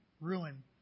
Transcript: ruin